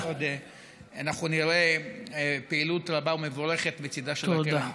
שעוד נראה פעילות רבה ומבורכת מצידה של הקרן.